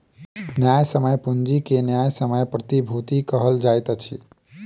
न्यायसम्य पूंजी के न्यायसम्य प्रतिभूति कहल जाइत अछि